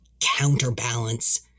counterbalance